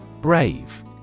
Brave